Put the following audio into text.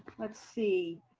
let's see,